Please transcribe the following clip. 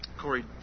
Corey